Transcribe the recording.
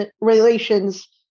relations